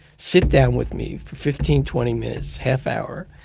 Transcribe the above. sit down with me for fifteen, twenty minutes, half hour,